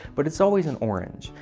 but it's always an orange.